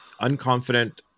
unconfident